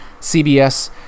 CBS